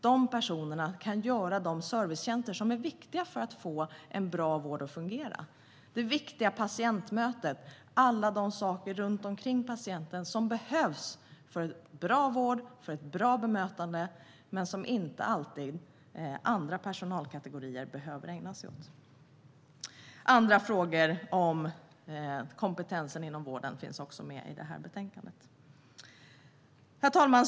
De kan göra de servicetjänster som är viktiga för att få en bra vård att fungera. Det handlar om det viktiga patientmötet och allt annat runt patienten som behövs för en bra vård och ett bra bemötande men som inte alltid andra personalkategorier behöver ägna sig åt. Andra frågor om kompetensen inom vården finns också med i detta betänkande. Herr talman!